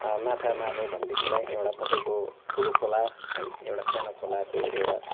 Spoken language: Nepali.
माछा मार्नु भनेदेखिलाई एउटा तपाईँको ठुलो खोला है एउटा सानो खोलाको एउटा